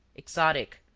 exotic.